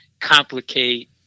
Complicate